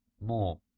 More